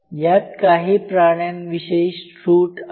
यात काही प्राण्यांविषयी सूट आहे